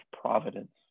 providence